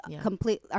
complete